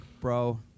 bro